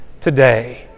today